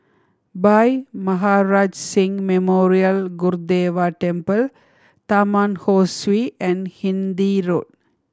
Bhai Maharaj Singh Memorial Gurdwara Temple Taman Ho Swee and Hindhede Road